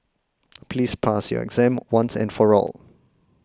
please pass your exam once and for all